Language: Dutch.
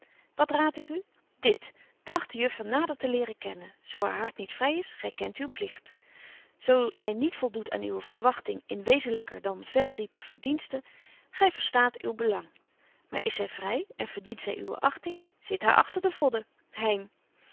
wat raad ik u dit tracht de juffer nader te leren kennen zo haar hart niet vry is gy kent uw pligt zo zy niet voldoet aan uwe verwagting in wezenlyker dan veldiepe verdiensten gy verstaat uw belang maar is zy vry betje wolff en aagje deken historie van mejuffrouw sara burgerhart en verdient zy uwe achting zit haar